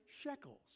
shekels